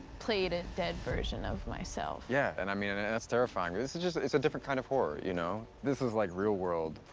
played a dead version of myself? yeah, and i mean and that's terrifying. but this is just. it's a different kind of horror, you know? this is, like, real world,